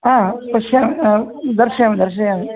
हा पश्यामि दर्शयामि दर्शयामि